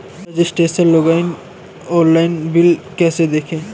Registration login online bill कैसे देखें?